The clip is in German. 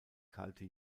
kalte